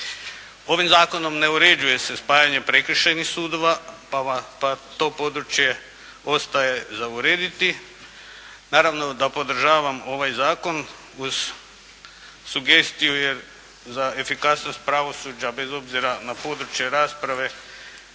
Ovim zakonom ne uređuje se spajanje prekršajnih sudova pa to područje ostaje za urediti. Naravno da podržavam ovaj zakon uz sugestiju, jer za efikasnost pravosuđa bez obzira na područje rasprave